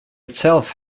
itself